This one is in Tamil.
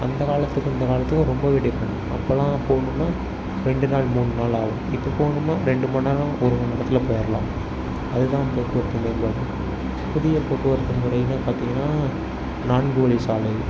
அந்த காலத்துக்கும் இந்த காலத்துக்கும் ரொம்பவே டிஃப்ரண்ட் அப்போலாம் போகணும்னா ரெண்டு நாள் மூணு நாள் ஆகும் இப்போ போகணும்னா ரெண்டு மணி நேரம் ஒரு மணி நேரத்தில் போயிடலாம் அது தான் போக்குவரத்து மேம்பாடு புதிய போக்குவரத்து முறைன்னே பார்த்திங்கன்னா நான்கு வழி சாலை